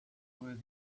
were